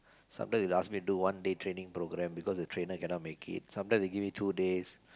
sometimes they ask me do one day training program because the trainer cannot make it sometimes they give me two days